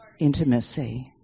intimacy